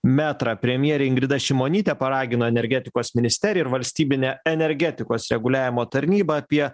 metrą premjerė ingrida šimonytė paragino energetikos ministeriją ir valstybinę energetikos reguliavimo tarnybą apie